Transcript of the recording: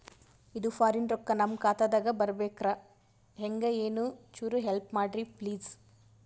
ಇದು ಫಾರಿನ ರೊಕ್ಕ ನಮ್ಮ ಖಾತಾ ದಾಗ ಬರಬೆಕ್ರ, ಹೆಂಗ ಏನು ಚುರು ಹೆಲ್ಪ ಮಾಡ್ರಿ ಪ್ಲಿಸ?